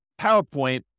PowerPoint